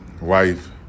wife